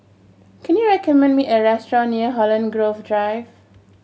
can you recommend me a restaurant near Holland Grove Drive